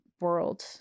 world